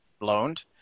loaned